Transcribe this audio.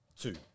two